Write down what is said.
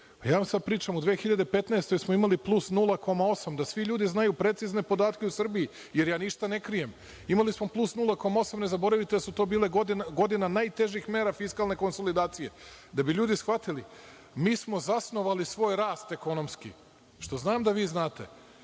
vam sad pričam o 2015. godini gde smo imali plus 0,8 da svi ljudi znaju precizne podatke u Srbiji, jer ja ništa ne krijem, imali smo plus 0,8 ne zaboravite da su to bile godina najtežih mera fiskalne konsolidacije da bi ljudi shvatili mi zasnovali svoj rast ekonomski, što znam da vi znate